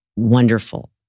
wonderful